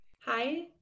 Hi